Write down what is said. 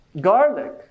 garlic